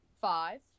Five